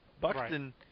Buxton